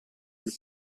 del